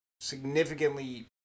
significantly